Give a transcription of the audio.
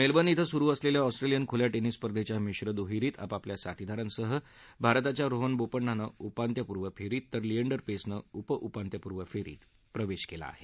Melbourne इथं स्रू असलेल्या ऑस्ट्रेलियन खुल्या टेनिस स्पर्धेच्या मिश्र द्हेरीत आपापल्या साथीदारांसह भारताच्या रोहन बोपण्णानं उपांत्यपूर्व फेरीत तर लिएंडर पेसनं उपउपांत्यपूर्व फेरीत प्रवेश केला आहे